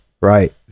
right